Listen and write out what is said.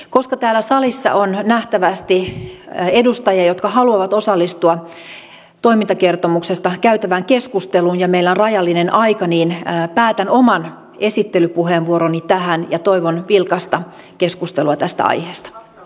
koska täällä salissa on nähtävästi edustajia jotka haluavat osallistua toimintakertomuksesta käytävään keskusteluun ja meillä on rajallinen aika niin päätän oman esittelypuheenvuoroni tähän ja toivon vilkasta keskustelua tästä aiheesta